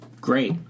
Great